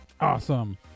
Awesome